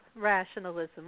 rationalism